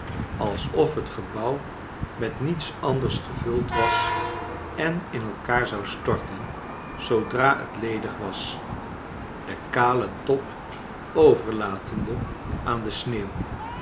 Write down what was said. alsof het gebouw met niets anders gevuld was en hi elkaar zou storten zoodra het ledig was den kalen top overlatende aan de sneeuw